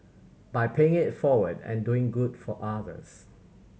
by paying it forward and doing good for others